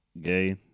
gay